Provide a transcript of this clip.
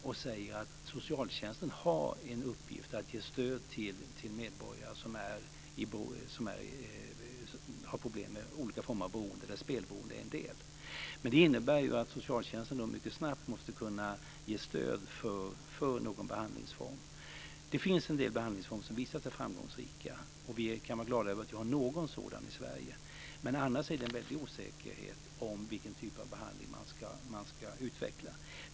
Vi säger att socialtjänsten har i uppgift att ge stöd åt medborgare som har problem med olika former av beroende, och spelberoende är en del. Men det innebär ju att socialtjänsten mycket snabbt måste kunna ge stöd för någon behandlingsform. Det finns en del behandlingsformer som har visat sig framgångsrika, och vi kan vara glada över att någon sådan finns i Sverige. Annars är det en väldig osäkerhet om vilken typ av behandling man ska utveckla.